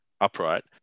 upright